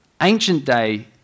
ancient-day